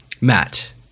Matt